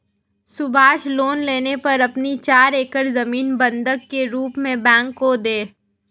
Subhash loan लेने पर अपनी चार एकड़ जमीन बंधक के रूप में बैंक को दें